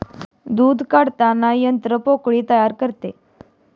दूध काढताना यंत्र पोकळी तयार करते